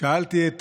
שאלתי את